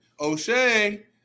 O'Shea